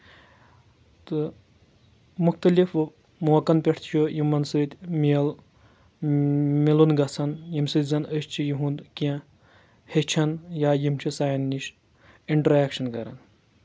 تہٕ مُختلف موقن پؠٹھ چھُ یِمن سۭتۍ میل مِلُن گژھان ییٚمہِ سۭتۍ زن أسۍ چھِ یِہُنٛد کینٛہہ ہیٚچھان یا یِم چھِ سانہِ نِش اِنٹریکشن کران